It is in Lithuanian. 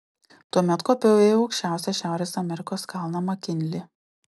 tuomet kopiau į aukščiausią šiaurės amerikos kalną makinlį